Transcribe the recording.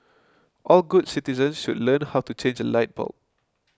all good citizens should learn how to change a light bulb